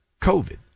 COVID